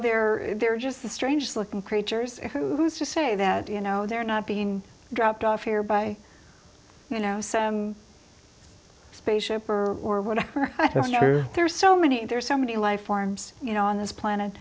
they're they're just strange looking creatures who just say that you know they're not being dropped off here by you know so spaceship or whatever there's so many there's so many life forms you know on this planet